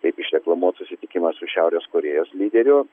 taip išreklamuoti susitikimą su šiaurės korėjos lyderiu